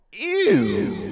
Ew